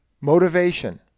Motivation